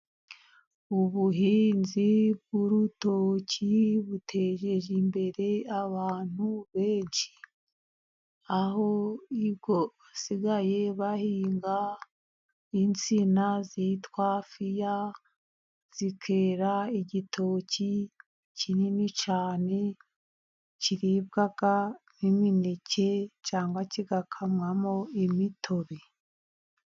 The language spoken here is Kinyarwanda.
Ubuhinzi bw'urutoki butejeje imbere abantu benshi. Aho basigaye bahinga insina zitwa fiya, zikera igitoki kinini cyane, kiribwamo imineke cyangwa kigakamwamo imitobe.